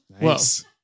Nice